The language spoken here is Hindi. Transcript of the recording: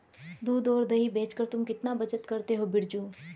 दूध और दही बेचकर तुम कितना बचत करते हो बिरजू?